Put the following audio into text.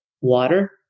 water